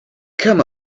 come